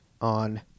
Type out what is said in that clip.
on